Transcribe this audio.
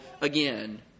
again